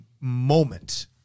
moment